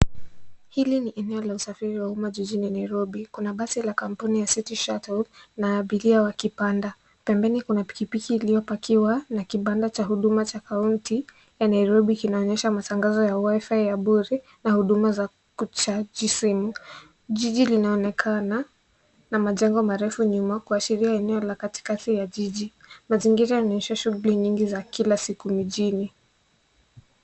Hili ni eneo la usafiri wa umma jijini Nairobi. Kuna basi la kampuni ya city shuttle na abiria wakipanda. Pembeni kuna pikipiki iliyopakiwa na kibanda cha huduma cha kaunti ya Nairobi kinaonyesha matangazo ya wifi ya bure na huduma za kuchagi simu. Jiji linaonekana na majengo marefu nyuma, kuashiria eneo la katikati la jiji. Mazingira yanaonyesha shughuli nyingi za kila siku mijini.